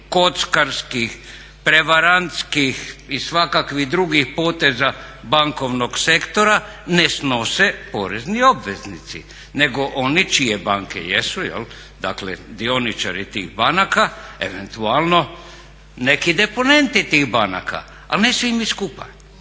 kockarskih prevarantskih i svakakvih drugih poteza bankovnog sektora ne snose porezni obveznici nego oni čije banke jesu, dakle dioničari tih banaka, eventualno neki deponenti tih banaka, ali ne svi mi skupa